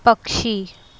पक्षी